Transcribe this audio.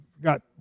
got